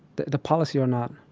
the the policy or not.